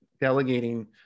delegating